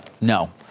no